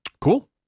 Cool